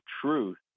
truth